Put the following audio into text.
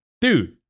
dude